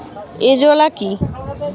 Azolla কি?